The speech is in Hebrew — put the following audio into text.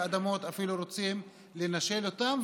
אפילו ממה שנשאר מהקרקעות והאדמות רוצים לנשל אותם.